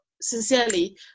sincerely